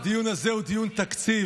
הדיון הזה הוא דיון תקציב,